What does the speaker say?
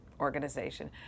organization